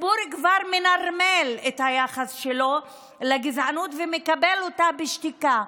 הציבור כבר מנרמל את היחס שלו לגזענות ומקבל אותה בשתיקה,